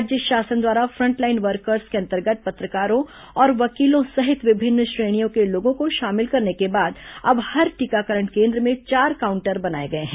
राज्य शासन द्वारा फ्रंटलाइन वर्कर्स के अंतर्गत पत्रकारों और वकीलों सहित विभिन्न श्रेणियों के लोगों को शामिल करने के बाद अब हर टीकाकरण केन्द्र में चार काउंटर बनाए गए हैं